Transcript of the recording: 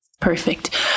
Perfect